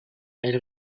elle